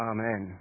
Amen